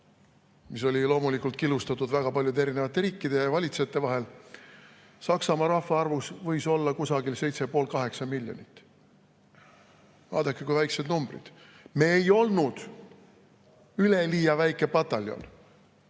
mis oli loomulikult killustatud väga paljude riikide ja valitsejate vahel, rahvaarv võis olla 7,5–8 miljonit. Vaadake, kui väikesed numbrid. Me ei olnud üleliia väike pataljon.